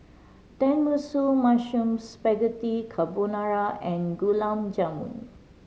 Tenmusu Mushroom Spaghetti Carbonara and Gulab Jamun